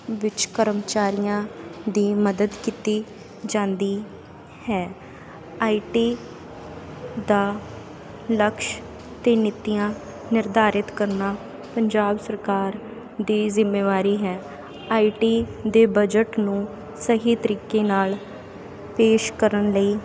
ਵਿੱਚ ਕਰਮਚਾਰੀਆਂ ਦੀ ਮਦਦ ਕੀਤੀ ਜਾਂਦੀ ਹੈ ਆਈ ਟੀ ਦਾ ਲਕਸ਼ ਅਤੇ ਨੀਤੀਆਂ ਨਿਰਧਾਰਿਤ ਕਰਨਾ ਪੰਜਾਬ ਸਰਕਾਰ ਦੀ ਜ਼ਿੰਮੇਵਾਰੀ ਹੈ ਆਈ ਟੀ ਦੇ ਬਜਟ ਨੂੰ ਸਹੀ ਤਰੀਕੇ ਨਾਲ਼ ਪੇਸ਼ ਕਰਨ ਲਈ